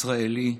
ישראלי,